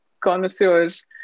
connoisseurs